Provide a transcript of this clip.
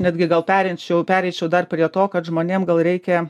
netgi gal perinčiau pereičiau dar prie to kad žmonėms gal reikia